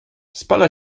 spala